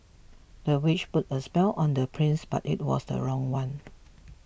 the witch put a spell on the prince but it was the wrong one